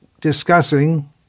discussing